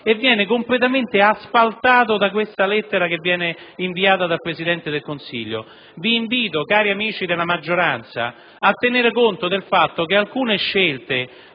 che viene completamente asfaltato da questa lettera inviata dal Presidente del Consiglio. Vi invito, cari amici della maggioranza, a tener conto del fatto che alcune scelte